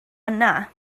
yna